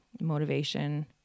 motivation